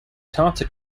tata